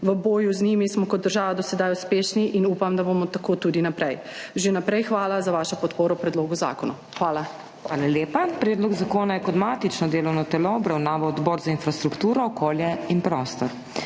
V boju z njimi smo kot država do sedaj uspešni in upam, da bomo tako tudi naprej. Že vnaprej hvala za vašo podporo predlogu zakona. Hvala. **PODPREDSEDNICA MAG. MEIRA HOT:** Hvala lepa. Predlog zakona je kot matično delovno telo obravnaval Odbor za infrastrukturo, okolje in prostor.